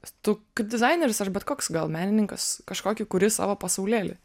tu kaip dizaineris aš bet koks gal menininkas kažkokį kuri savo pasaulėlį